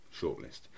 shortlist